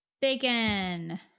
bacon